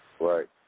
Right